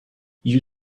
you